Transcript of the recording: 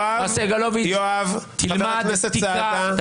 -- חבר הכנסת סעדה,